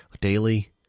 daily